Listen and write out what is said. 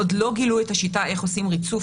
עוד לא גילו את השיטה איך עושים ריצוף